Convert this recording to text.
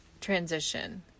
transition